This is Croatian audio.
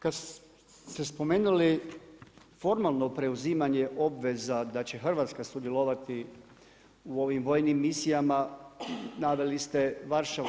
Kada ste spomenuli formalno preuzimanje obveza da će Hrvatska sudjelovati u ovim vojnim misijama, naveli ste Varšavu.